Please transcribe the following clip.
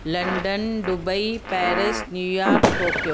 London Dubai Paris New York Tokyo